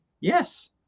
Yes